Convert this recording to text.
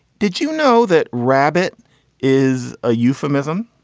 did you know that rabbit is a euphemism?